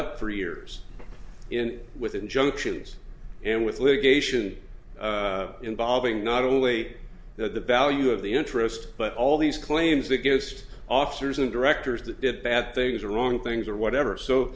up for years in with injunctions and with litigation involving not only that the value of the interest but all these claims against officers and directors that did bad things are wrong things or whatever so